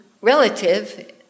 relative